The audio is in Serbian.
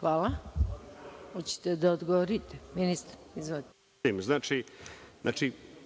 Samo da potvrdim. Znači,